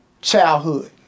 childhood